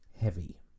Heavy